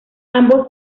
ambos